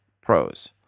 Pros